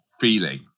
feeling